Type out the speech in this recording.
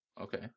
okay